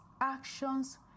actions